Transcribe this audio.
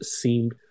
seemed